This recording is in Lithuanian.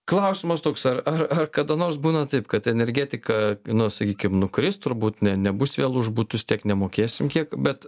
klausimas toks ar ar ar kada nors būna taip kad energetika nu sakykim nukris turbūt ne nebus vėl už butus tiek nemokėsim kiek bet